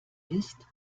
ist